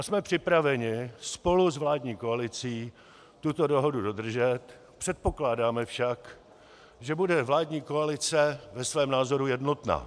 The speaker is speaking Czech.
Jsme připraveni spolu s vládní koalicí tuto dohodu dodržet, předpokládáme však, že bude vládní koalice ve svém názoru jednotná.